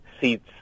seats